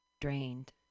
drained